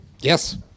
yes